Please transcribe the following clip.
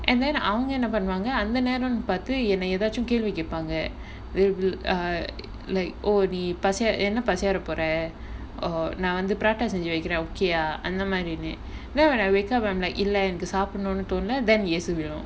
and then அவங்க என்ன பண்ணுவாங்க அந்த நேரன்னு பாத்து என்ன எதாச்சும் கேள்வி கேபாங்க:avanga enna pannuvaanga antha nerannu paathu enna ethachum kaelvi kepaanga we will ah like oh நீ பசியா என்ன பசியா இருக்கபோற:nee pasiyaa enna pasiyaa irukkapora oh நா வந்து பராட்டா செஞ்சி வைக்குறேன்:naa vanthu paraatta senji vaikuraen okay யா அந்த மாறினு:yaa antha maarinu now when I wake up இல்ல எனக்கு சாபுடனும்னு தோணல:illa enakku saapudanumnu thonala then yes be now